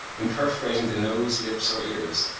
in perforating the nose, lips, or ears,